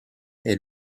est